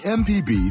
mpb